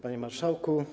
Panie Marszałku!